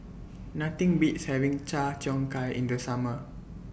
Nothing Beats having Char Cheong Gai in The Summer